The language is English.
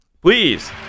Please